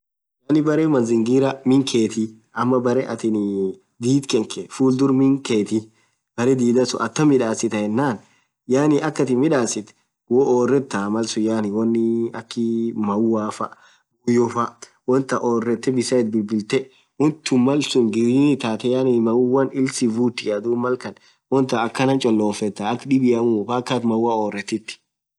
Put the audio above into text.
Yaani berre mazingira miin kethethi amaa berre athin dhikanke full dhurr miiin khethi berre dhidha suun atam midhasitha yenan yaani akhathin midhasitu wooo orethaa won akhii maua faaa buyoo faa wonthan oretheen bisan ithi bilbilthe won tun malsun green itathi yaani maua illi si vuthia dhub Mal khan wonthan akhanan cholomfethaa akha dhibiamuu mpka athin maua orethithi